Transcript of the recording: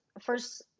first